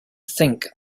think